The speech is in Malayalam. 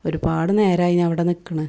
ഒരുപാട് നേരമായി ഞാൻ ഇവിടെ നിൽക്കുന്നു